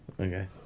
Okay